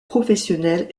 professionnel